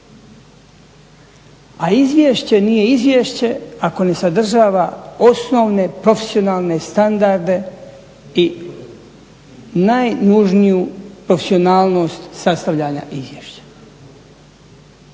a izvješće nije izvješće ako ne sadržava osnovne profesionalne standarde i najnužniju profesionalnost sastavljanja izvješća.